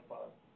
Father